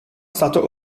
stato